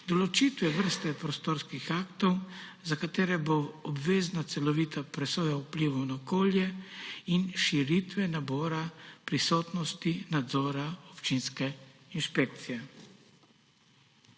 določitve vrste prostorskih aktov, za katere bo obvezna celovita presoja vplivov na okolje, in širitve nabora prisotnosti nadzora občinske inšpekcije.